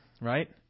right